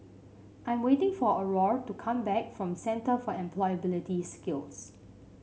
I'm waiting for Aurore to come back from Centre for Employability Skills